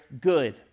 good